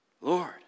Lord